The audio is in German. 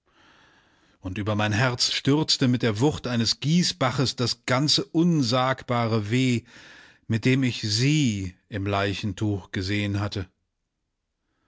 und über mein herz stürzte mit der wucht eines gießbaches das ganze unsagbare weh mit dem ich sie im leichentuch gesehen hatte